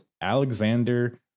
Alexander